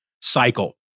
cycle